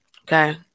okay